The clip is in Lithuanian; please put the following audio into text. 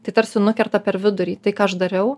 tai tarsi nukerta per vidurį tai ką aš dariau